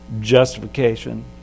justification